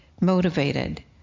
motivated